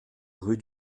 rue